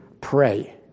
pray